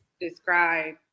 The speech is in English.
describe